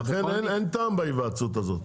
ולכן אין טעם בהיוועצות הזאת,